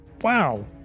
Wow